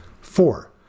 Four